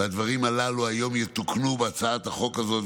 והדברים הללו יתוקנו היום בהצעת החוק הזאת.